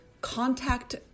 contact